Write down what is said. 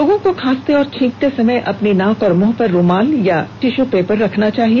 लोगों को खांसते और छींकते समय अपनी नाक और मुंह पर रूमाल अथवा टिश्यू पेपर रखना चाहिए